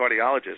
cardiologist